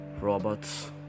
robots